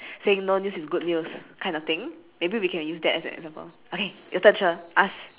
saying no news is good news kind of thing maybe we can use that as an example okay your turn sher ask